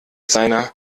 seiner